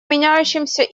меняющемся